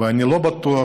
ואני לא בטוח,